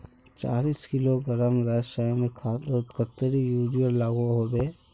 चालीस किलोग्राम रासायनिक खादोत कतेरी यूरिया लागोहो होबे?